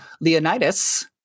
Leonidas